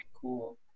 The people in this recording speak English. cool